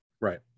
Right